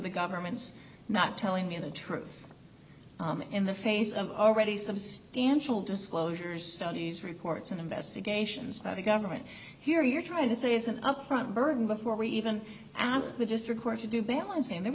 the government's not telling me the truth in the face of already substantial disclosures studies reports and investigations by the government here you're trying to say it's an upfront burden before we even asked we just record to do balance and there